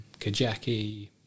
Kajaki